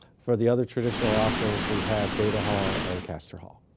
for the other traditional offerings, we have beta hall and castor hall.